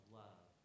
love